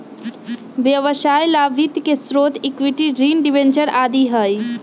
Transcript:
व्यवसाय ला वित्त के स्रोत इक्विटी, ऋण, डिबेंचर आदि हई